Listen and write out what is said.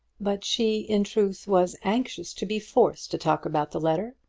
but she, in truth, was anxious to be forced to talk about the letter.